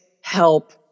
help